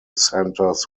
centres